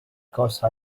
because